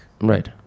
Right